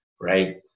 right